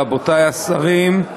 רבותי השרים,